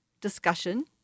discussion